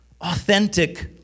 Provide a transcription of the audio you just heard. Authentic